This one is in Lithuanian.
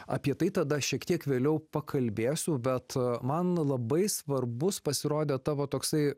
apie tai tada šiek tiek vėliau pakalbėsiu bet man labai svarbus pasirodė tavo toksai